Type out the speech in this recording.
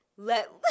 Let